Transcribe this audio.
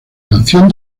canción